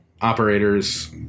operators